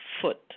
foot